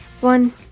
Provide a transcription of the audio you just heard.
One